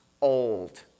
old